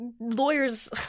lawyers